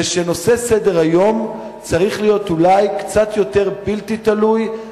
הוא שסדר-היום צריך להיות אולי קצת יותר בלתי תלוי,